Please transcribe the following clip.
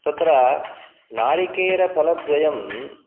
तत्र नारिकेलफलद्वयम्